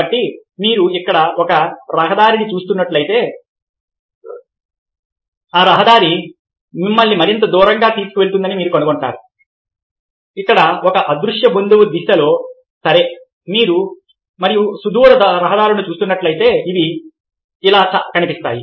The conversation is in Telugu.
కాబట్టి మీరు ఇక్కడ ఒక రహదారిని చూస్తున్నట్లయితే ఆ రహదారి మిమ్మల్ని మరింత దూరంగా తీసుకువెళుతుందని మీరు కనుగొంటారు ఇక్కడ ఒక అదృశ్య బిందువు దిశలో సరే మరియు మీరు సుదూర రహదారులను చూస్తున్నట్లయితే అవి ఇలా కనిపిస్తాయి